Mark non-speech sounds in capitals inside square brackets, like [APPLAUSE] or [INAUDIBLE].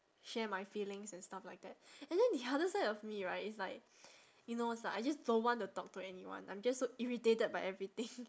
share my feelings and stuff like that and then the other side of me right is like you know it's like I just don't want to talk to anyone I'm just so irritated by everything [LAUGHS]